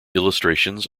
illustrations